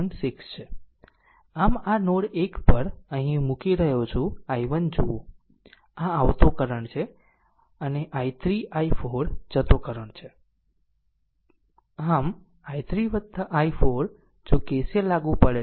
આમ આ નોડ 1 પર અહીં મૂકી રહ્યો છું i1 જુઓ આ આવતો કરંટ છે અને i3 i4 જતો કરંટ છે આમ i3 i4 જો KCL લાગુ પડે છે